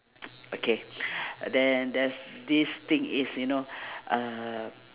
okay then there's this thing is you know uh